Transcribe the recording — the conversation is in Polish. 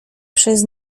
przez